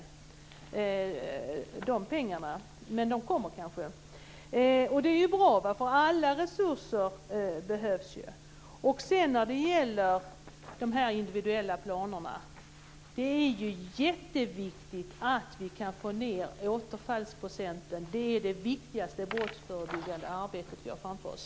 Men de pengarna kommer kanske, och det är ju bra. Alla resurser behövs. När det sedan gäller de individuella planerna är det jätteviktigt att vi kan få ned återfallsprocenten. Det är det viktigaste brottsförebyggande arbete vi har framför oss.